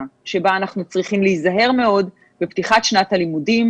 שבה אנחנו צריכים להיזהר מאוד בפתיחת שנת הלימודים